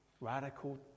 radical